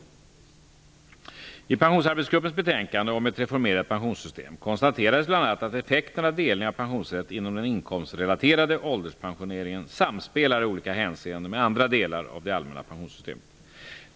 1994:20) om ett reformerat pensionssystem konstaterades bl.a. att effekterna av delning av pensionsrätt inom den inkomstrelaterade ålderspensioneringen samspelar i olika hänseenden med andra delar av det allmänna pensionssystemet.